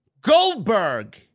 Goldberg